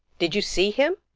did you see him?